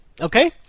Okay